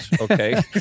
okay